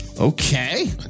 Okay